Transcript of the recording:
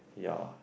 ya